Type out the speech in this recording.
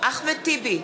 אחמד טיבי,